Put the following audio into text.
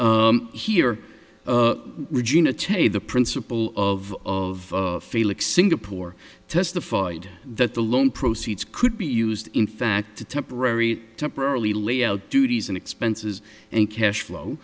here regina che the principle of of felix singapore testified that the loan proceeds could be used in fact a temporary temporarily lay out duties and expenses and cash flow